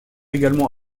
également